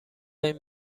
این